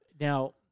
Now